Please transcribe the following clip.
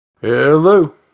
Hello